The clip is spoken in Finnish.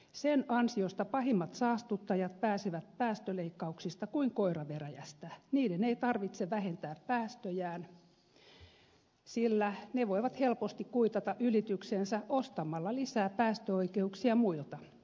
sen ansiosta pahimmat saastuttajat pääsevät päästöleikkauksista kuin koira veräjästä niiden ei tarvitse vähentää päästöjään sillä ne voivat helposti kuitata ylityksensä ostamalla lisää päästöoikeuksia muilta